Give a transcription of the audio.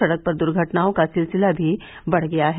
सड़क पर दुर्घटनाओं का सिलसिला भी बढ़ गया है